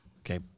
Okay